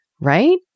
right